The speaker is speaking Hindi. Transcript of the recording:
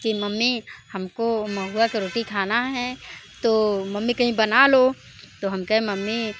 कि मम्मी हमको महुआ का रोटी खाना है तो मम्मी कहीं बना लो तो हम कहे मम्मी